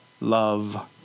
love